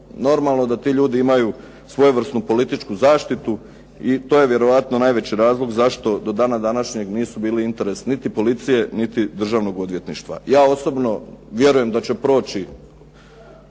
normalno da ti ljudi imaju svojevrsnu političku zaštitu i to je vjerojatno najveći razlog zašto do dana današnjeg nisu bili interes niti policije niti državnog odvjetništva. Ja osobno vjerujem da će proći